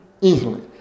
Easily